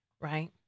right